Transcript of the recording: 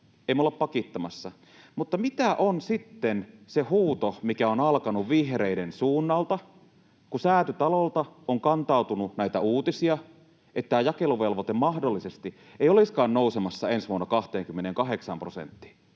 me olla pakittamassa”. Mutta mitä on sitten se huuto, mikä on alkanut vihreiden suunnalta, kun Säätytalolta on kantautunut uutisia, että jakeluvelvoite mahdollisesti ei olisikaan nousemassa ensi vuonna 28 prosenttiin?